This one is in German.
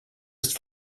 ist